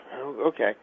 Okay